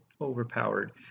overpowered